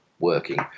working